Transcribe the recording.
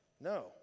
No